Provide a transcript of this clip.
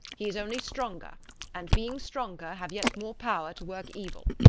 he is only stronger and being stronger, have yet more power to work evil.